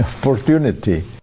opportunity